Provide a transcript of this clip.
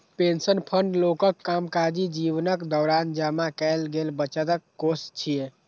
pension fund लोकक कामकाजी जीवनक दौरान जमा कैल गेल बचतक कोष छियै